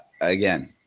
again